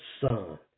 son